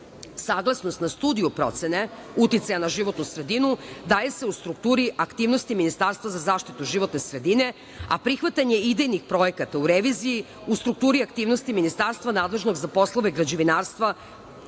Saglasnost na Studiju procene uticaja na životnu sredinu daje se u strukturi aktivnosti Ministarstva za zaštitu životne sredine, a prihvatanje idejnih projekata u reviziji u strukturi aktivnosti ministarstva nadležnog za poslove građevinarstva